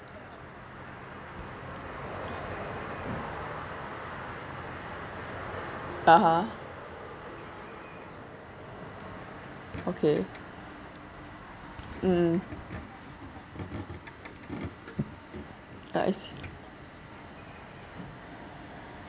(uh huh) okay mm ah I see